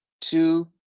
two